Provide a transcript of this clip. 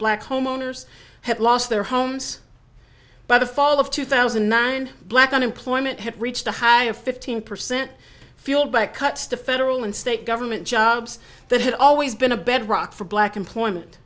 black homeowners had lost their homes by the fall of two thousand and nine black unemployment has reached a high of fifteen percent fueled by cuts to federal and state government jobs that had always been a bedrock for black employment